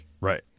Right